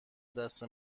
دست